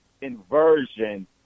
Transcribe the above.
inversion